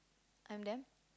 I'm them